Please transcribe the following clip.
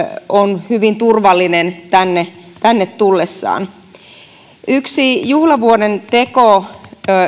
on hyvin turvallinen tänne tänne tultaessa yksi juhlavuoden teko